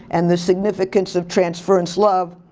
and the significance of transference love.